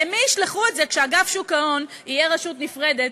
למי ישלחו את זה כשאגף שוק ההון יהיה רשות נפרדת?